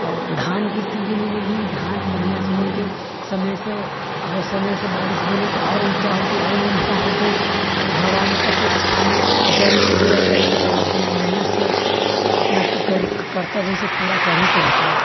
धान के सीजिन मे भी धान बढ़िऑं से होइ छै समय से अगरर समय से बारिश भेलै तऽ आओर उपजा होतै आओर मुनाफा होतै आ भगबान ऊपर से पानि जल न गिरतै तऽ ओ अपना मेहनतसँ अपना कर्तव्यसँ करही के होतै